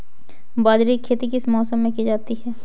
बाजरे की खेती किस मौसम में की जाती है?